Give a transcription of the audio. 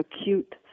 acute